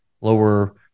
lower